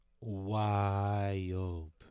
wild